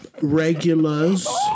regulars